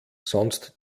sonst